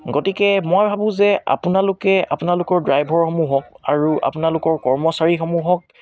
গতিকে মই ভাবোঁ যে আপোনালোকে আপোনালোকৰ ড্ৰাইভাৰসমূহক আৰু আপোনালোকৰ কৰ্মচাৰীসমূহক